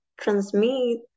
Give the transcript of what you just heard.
transmit